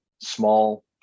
small